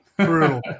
True